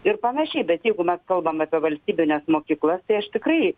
ir panašiai bet jeigu mes kalbam apie valstybines mokyklas tai aš tikrai